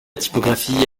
typographie